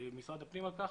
ולמשרד הפנים על כך.